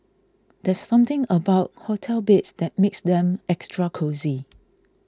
there's something about hotel beds that makes them extra cosy